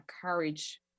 courage